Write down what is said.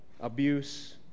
abuse